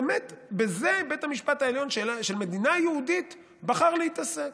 באמת בזה בית המשפט העליון של מדינה יהודית בחר להתעסק.